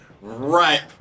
right